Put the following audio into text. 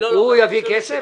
הוא יביא כסף?